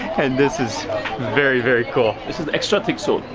and this is very, very cool. this is the extra thick sole.